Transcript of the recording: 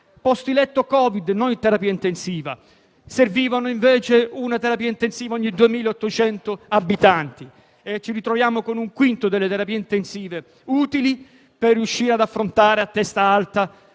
posti letto Covid, uno ogni 1.000 persone, e invece una terapia intensiva ogni 2.800 abitanti, mentre ci ritroviamo oggi con un quinto delle terapie intensive utili per riuscire ad affrontare a testa alta